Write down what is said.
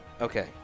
Okay